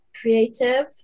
Creative